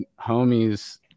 homies